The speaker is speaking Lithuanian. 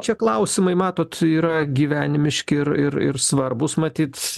čia klausimai matot yra gyvenimiški ir ir ir svarbūs matyt